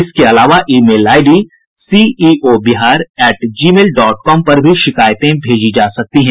इसके अलावा email ID CEO Bihar at Gmail dot com पर भी शिकायतें भेजी जा सकती हैं